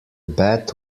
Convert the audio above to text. bad